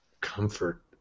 comfort